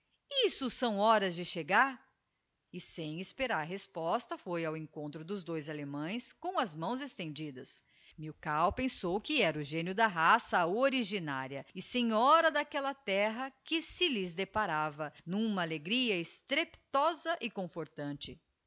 isso são horas de chegar e sem esperar resposta foi ao encontro dos dois allemães com as mãos estendidas milkau pensou que era o génio da raça originaria e senhora d'aquella terra que se llies deparava n'uma alegria estrepitosa e confortante